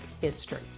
history